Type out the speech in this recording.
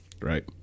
Right